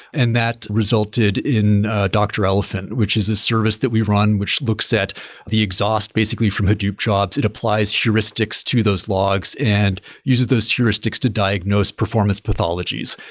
and that resulted in dr. elephant, which is a service that we run which looks at the exhaust basically from hadoop jobs. it applies heuristics to those logs and uses those heuristics to diagnose performance pathologies,